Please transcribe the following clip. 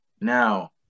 Now